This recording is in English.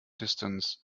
distance